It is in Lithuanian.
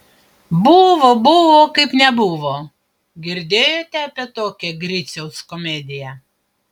buvo buvo kaip nebuvo girdėjote apie tokią griciaus komediją